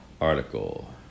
article